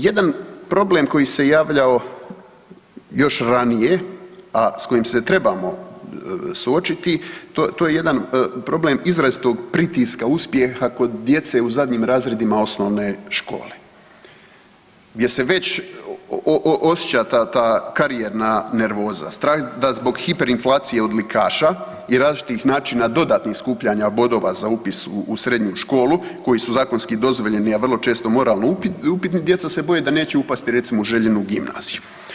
Jedan problem koji se javljao još ranije, a s kojim se trebamo suočiti to je jedan problem izrazitog pritiska, uspjeha kod djece u zadnjim razredima osnovne škole, gdje se već osjeća ta karijerna nervoza, strah da zbog hiperinflacije odlikaša i različitih načina dodatnih skupljanja bodova za upis u srednju školu koji su zakonski dozvoljeni, a vrlo često moralno upitni, djeca se boje da neće upasti, recimo, u željenu gimnaziju.